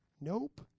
nope